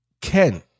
Ken